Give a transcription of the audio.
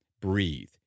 breathe